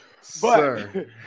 Sir